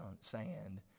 sand